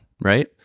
right